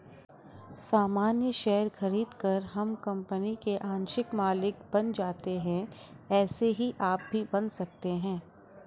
सामान्य शेयर खरीदकर हम कंपनी के आंशिक मालिक बन जाते है ऐसे ही आप भी बन सकते है